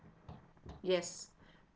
yes